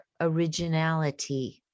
originality